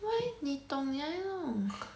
why 你懂你还弄